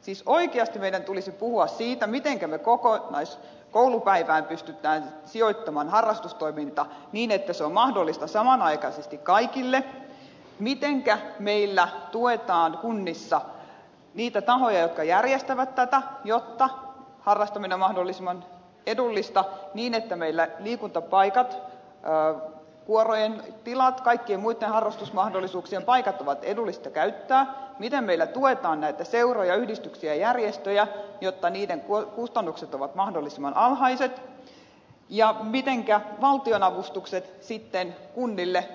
siis oikeasti meidän tulisi puhua siitä mitenkä kokonaiskoulupäivään pystytään sijoittamaan harrastustoiminta niin että se on mahdollista samanaikaisesti kaikille mitenkä meillä tuetaan kunnissa niitä tahoja jotka järjestävät tätä jotta harrastaminen on mahdollisimman edullista niin että meillä liikuntapaikat kuorojen tilat kaikkien muitten harrastusmahdollisuuksien paikat ovat edullisia käyttää miten meillä tuetaan näitä seuroja yhdistyksiä ja järjestöjä jotta niiden kustannukset ovat mahdollisimman alhaiset ja mitenkä valtion avustukset kunnille